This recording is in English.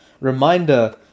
reminder